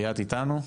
ליאת איתנו?